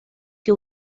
que